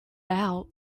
out